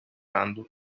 handle